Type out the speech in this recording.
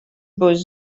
būs